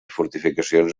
fortificacions